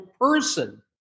person